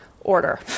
order